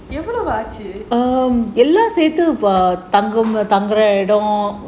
எவ்வளவு ஆச்சு:evalavu aachu